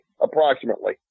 approximately